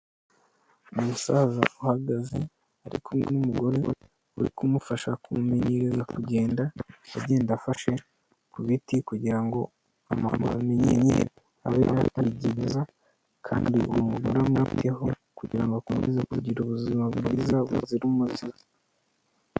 Umusaza uhagaze ari kumwe n'umugore we , uri kumufasha kumumenyereza kugenda agenda afashe ku biti kugira ngo amaguru amenyere kugenda